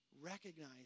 Recognize